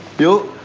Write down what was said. do